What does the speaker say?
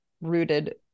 rooted